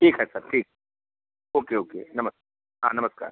ठीक है सर ठीक ओके ओके नमस हाँ नमस्कार